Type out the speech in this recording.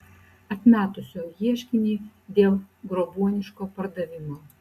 atmetusio ieškinį dėl grobuoniško pardavimo